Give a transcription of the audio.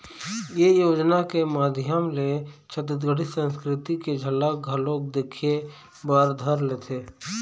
ए योजना के माधियम ले छत्तीसगढ़ी संस्कृति के झलक घलोक दिखे बर धर लेथे